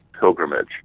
pilgrimage